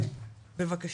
בבקשה.